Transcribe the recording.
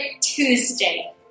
Tuesday